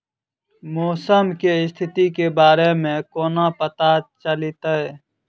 मौसम केँ स्थिति केँ बारे मे कोना पत्ता चलितै?